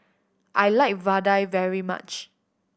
I like vadai very much